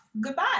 goodbye